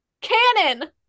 Cannon